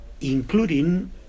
including